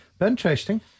Interesting